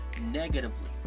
negatively